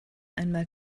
einmal